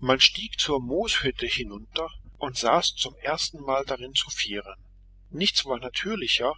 man stieg zur mooshütte hinunter und saß zum erstenmal darin zu vieren nichts war natürlicher